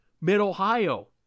Mid-Ohio